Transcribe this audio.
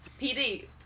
PD